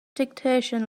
dictation